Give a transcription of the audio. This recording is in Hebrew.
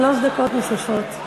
שלוש דקות לרשותך.